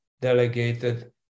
delegated